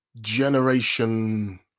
generation